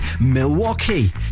Milwaukee